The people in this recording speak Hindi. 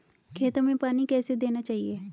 खेतों में पानी कैसे देना चाहिए?